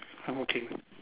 um okay